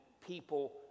people